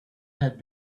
had